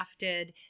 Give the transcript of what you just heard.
crafted